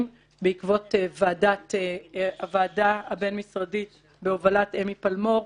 בעקבות הוועדה הבין-משרדית בהובלת אמי פלמור.